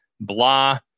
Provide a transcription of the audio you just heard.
Blah